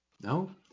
No